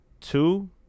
two